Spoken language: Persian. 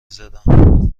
زدم